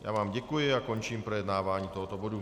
Já vám děkuji a končím projednávání tohoto bodu.